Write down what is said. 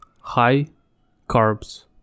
high-carbs